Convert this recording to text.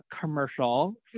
commercial